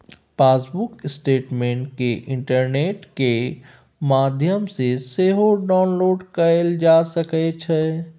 passbook statement केँ internet केर माध्यमसँ सेहो डाउनलोड कएल जा सकै छै